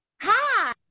Hi